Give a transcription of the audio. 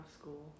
school